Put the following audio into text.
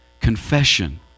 Confession